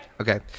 Okay